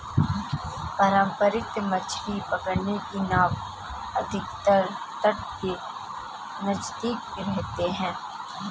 पारंपरिक मछली पकड़ने की नाव अधिकतर तट के नजदीक रहते हैं